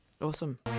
awesome